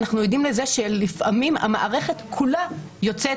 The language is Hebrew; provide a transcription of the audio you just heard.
אנחנו עדים לכך שלפעמים המערכת כולה יוצאת